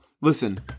listen